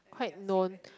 quite none